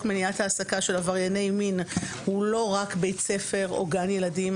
מניעת העסקה של עברייני מין הוא לא רק בית ספר או גני ילדים.